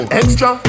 extra